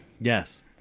Yes